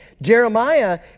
Jeremiah